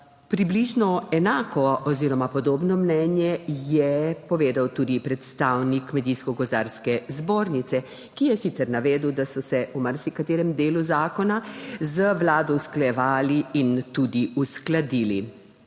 Približno enako oziroma podobno mnenje je povedal tudi predstavnik Kmetijsko gozdarske zbornice, ki je sicer navedel, da so se v marsikaterem delu zakona z vlado usklajevali in tudi uskladili.